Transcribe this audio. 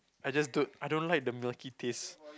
I just don't I don't like the milky taste